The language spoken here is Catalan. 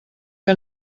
que